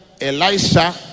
Elisha